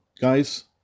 guys